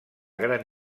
gran